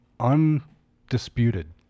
undisputed